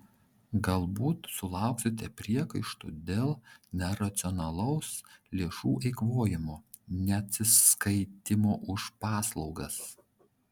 galbūt sulauksite priekaištų dėl neracionalaus lėšų eikvojimo neatsiskaitymo už paslaugas